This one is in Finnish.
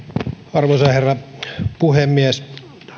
arvoisa herra puhemies